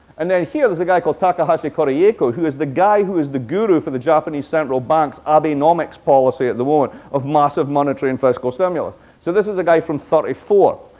and then here's a guy called takahashi korekiyo, who is the guy who was the guru for the japanese central bank's abenomics policy at the moment of massive monetary and fiscal stimulus. so this is a guy from thirty four.